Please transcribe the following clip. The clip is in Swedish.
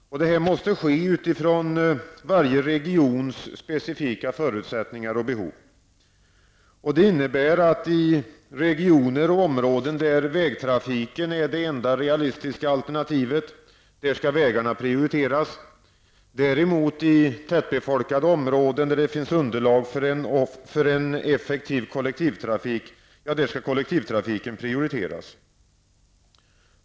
Detta måste ske utifrån varje regions specifika förutsättningar och behov. Det innebär att i regioner och områden där vägtrafiken är det enda realistiska alternativet -- där skall vägarna prioriteras. I tätbefolkade områden däremot, där det finns underlag för en effektiv kollektivtrafik -- där skall kollektivtrafiken prioriteras.